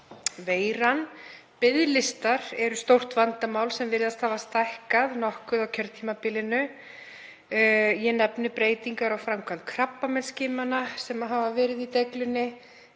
veiran. Biðlistar eru stórt vandamál sem virðist hafa stækkað nokkuð á kjörtímabilinu. Ég nefni breytingar á framkvæmd krabbameinsskimana sem hafa verið í deiglunni.